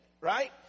Right